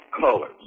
colors